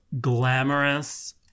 glamorous